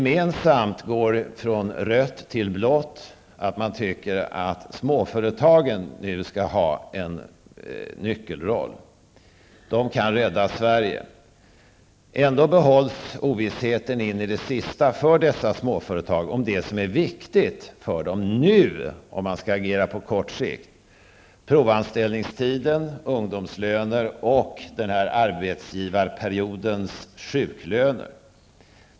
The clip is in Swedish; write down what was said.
Man tycker gemensamt från rött till blått att småföretagen nu skall ha en nyckelroll. De kan rädda Sverige. Ändå behålls ovissheten in i det sista för dessa småföretag om det som är viktigt för dem nu, om de skall agera på kort sikt, t.ex. provanställningstiden, ungdomslöner och arbetsgivarperiodens sjuklöner.